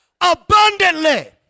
abundantly